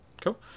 cool